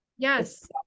Yes